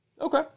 Okay